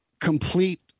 complete